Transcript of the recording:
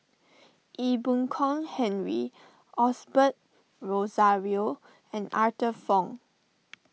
Ee Boon Kong Henry Osbert Rozario and Arthur Fong